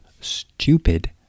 stupid